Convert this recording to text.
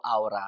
aura